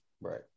right